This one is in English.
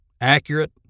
accurate